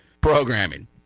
programming